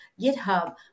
GitHub